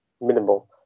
minimal